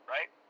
Right